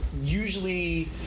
usually